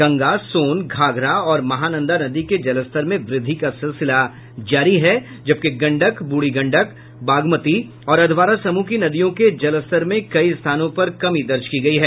गंगा सोन घाघरा और महानंदा नदी के जलस्तर में वृद्धि का सिलसिला जारी है जबकि गंडक बूढ़ी गंडक बागमती और अधवारा समूह की नदियों के जलस्तर में कई स्थानों पर कमी दर्ज की गयी है